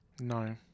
No